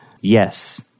yes